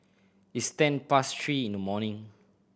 its ten past three in the morning